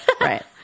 Right